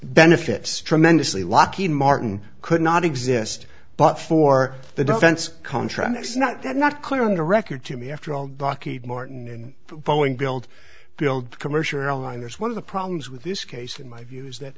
benefits tremendously lockheed martin could not exist but for the defense contractor is not that not clear on the record to me after all lucky martin and boeing built build commercial airliners one of the problems with this case in my view is that